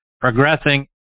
progressing